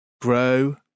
grow